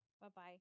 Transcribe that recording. Bye-bye